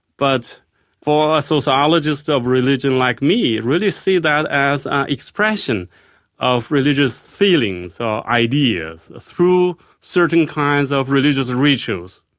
but for a sociologist of religion like me really see that as an expression of religious feelings or ideas through certain kinds of religious rituals.